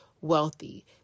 wealthy